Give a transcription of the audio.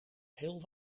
heel